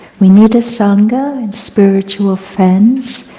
we need a sangha, and spiritual friends,